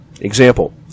Example